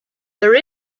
there